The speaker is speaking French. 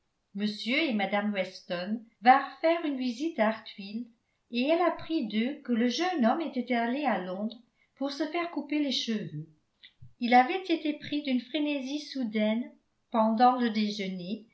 m et mme weston vinrent faire une visite à hartfield et elle apprit d'eux que le jeune homme était allé à londres pour se faire couper les cheveux il avait été pris d'une frénésie soudaine pendant le déjeuner